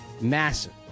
Massive